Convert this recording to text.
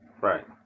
Right